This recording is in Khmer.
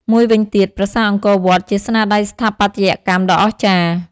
មួយវិញទៀត ប្រាសាទអង្គរវត្ត ជាស្នាដៃស្ថាបត្យកម្មដ៏អស្ចារ្យ។